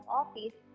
office